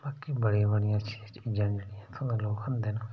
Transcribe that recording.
बाकी बड़ियां बड़ियां अच्छियां चीज़ां न जेह्ड़ियां इत्थुं दे लोग खंदे न